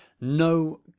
no